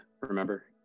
remember